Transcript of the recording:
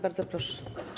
Bardzo proszę.